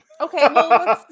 Okay